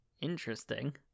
Interesting